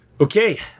Okay